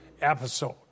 episode